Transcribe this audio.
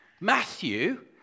Matthew